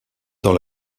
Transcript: dans